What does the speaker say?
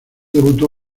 debutó